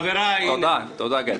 תודה, גדי.